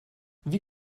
wie